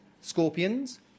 scorpions